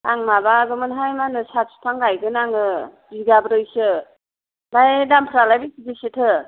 आं माबागौमोनहाय मा होनो साहा बिफां गायगोन आङो बिगाब्रैसो ओमफ्राय दामफ्रालाय बेसे बेसे थो